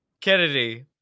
Kennedy